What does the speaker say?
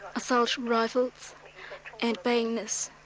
assault rifles and bayonets.